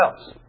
else